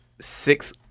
six